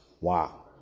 wow